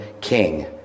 king